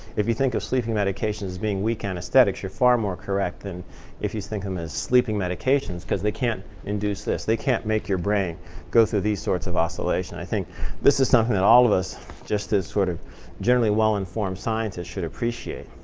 if you think of sleeping medications as being weak anesthetics, you're far more correct than if you think of them as sleeping medications. because they can't induce this. they can't make your brain go through these sorts of oscillation. i think this is something that all of us just as sort of generally well-informed scientists should appreciate.